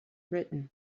written